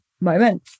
moment